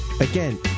Again